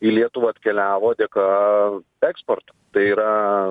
į lietuvą atkeliavo dėka eksporto tai yra